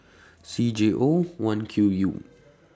C J O one Q U